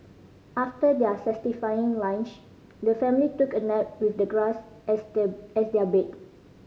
after their satisfying lunch the family took a nap with the grass as they as their bed